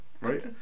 Right